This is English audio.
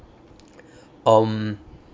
um